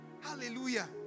Hallelujah